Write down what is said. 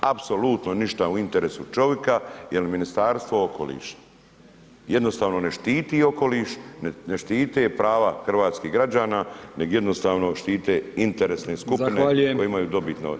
Apsolutno ništa u interesu čovika jer Ministarstvo okoliša jednostavno ne štiti okoliš, ne štite prava hrvatskih građana nego jednostavno štite interesne skupine [[Upadica: Zahvaljujem …]] koje imaju dobit na našim